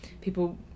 people